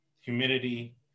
humidity